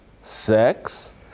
sex